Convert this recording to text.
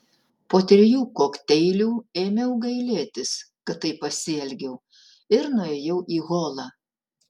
po trijų kokteilių ėmiau gailėtis kad taip pasielgiau ir nuėjau į holą